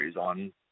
on